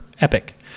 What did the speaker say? Epic